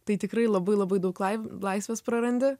tai tikrai labai labai daug lai laisvės prarandi